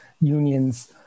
unions